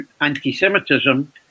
anti-Semitism